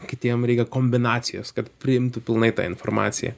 kitiem reikia kombinacijos kad priimtų pilnai tą informaciją